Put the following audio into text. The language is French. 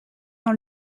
dans